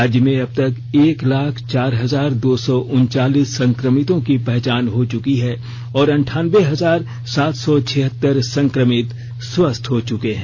राज्य में अब तक एक लाख चार हजार दो सौ उनचालीस संक्रमितों की पहचान हो चुकी है और अंठानवें हजार सात सौ छिहत्तर संक्रमित स्वस्थ हो चुके हैं